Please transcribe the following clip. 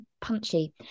punchy